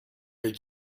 did